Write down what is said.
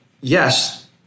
yes